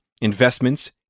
investments